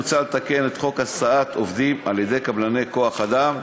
מוצע לתקן את חוק העסקת עובדים על-ידי קבלני כוח-אדם,